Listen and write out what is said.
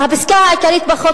הפסקה העיקרית בחוק,